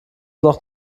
noch